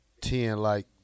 Ten-like